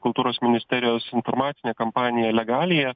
kultūros ministerijos informacinę kampaniją legaliąją